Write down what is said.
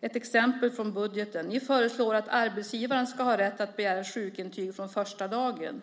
Ett exempel från budgeten är att ni föreslår att arbetsgivaren ska ha rätt att begära sjukintyg från första dagen.